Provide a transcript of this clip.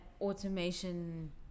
automation